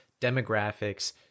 demographics